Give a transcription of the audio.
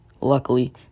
Luckily